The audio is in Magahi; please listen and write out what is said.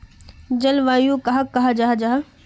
जलवायु कहाक कहाँ जाहा जाहा?